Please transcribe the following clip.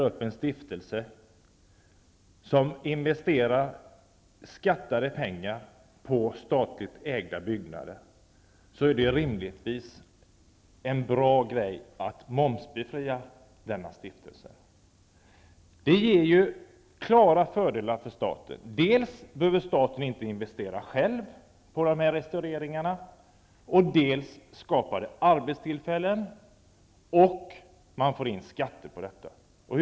Om en stiftelse bildas som investerar skattade pengar i statligt ägda byggnader, är det bra och rimligt att denna stiftelse momsbefrias. Det ger klara fördelar för staten. Dels behöver staten inte investera själv med tanke på restaureringar, dels skapar det arbetstillfällen. Skattemedel kommer även in.